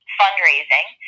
fundraising